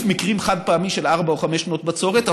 מקרים חד-פעמי של ארבע או חמש שנות בצורת,